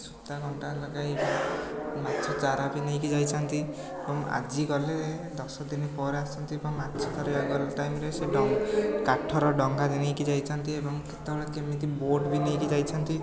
ସୁତା କଣ୍ଟା ଲଗାଇ ମାଛ ଚାରା ବି ନେଇକି ଯାଇଛନ୍ତି ଏବଂ ଆଜି ଗଲେ ଦଶଦିନ ପରେ ଆସନ୍ତି ଏବଂ ମାଛ ଧରିବା ଗ ଟାଇମ୍ ସେ ଡଙ୍ଗା କାଠର ଡଙ୍ଗାରେ ନେଇକି ଯାଇଥାନ୍ତି ଏବଂ କେତେବେଳେ କେମିତି ବୋଟ୍ ବି ନେଇକି ଯାଇଥାନ୍ତି